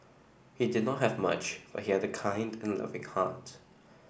he did not have much but he had the kind and loving heart